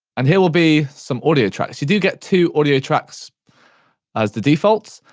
and here will be some audio tracks. you do get two audio tracks as the default,